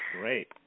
great